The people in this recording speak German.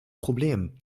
problem